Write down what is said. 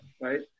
Right